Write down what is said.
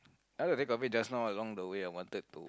come to think of it just now along the way I wanted to